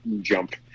jump